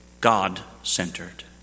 God-centered